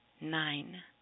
Nine